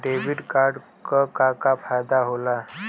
Debit card क का फायदा हो ला?